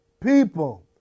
people